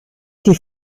die